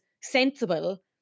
sensible